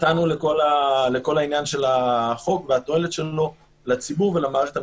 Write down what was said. חטאנו לכל העניין של החוק והתועלת שלו לציבור ולמערכת המשפטית.